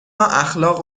اخلاق